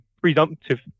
presumptive